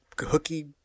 hooky